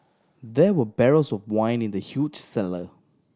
there were barrels of wine in the huge cellar